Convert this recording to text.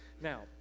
Now